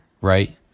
right